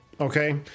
Okay